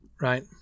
Right